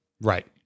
Right